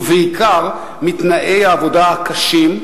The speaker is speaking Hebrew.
ובעיקר מתנאי העבודה הקשים,